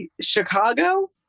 chicago